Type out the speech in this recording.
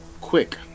quick